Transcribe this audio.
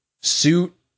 suit